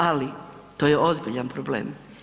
Ali, to je ozbiljan problem.